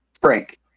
Frank